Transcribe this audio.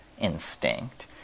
instinct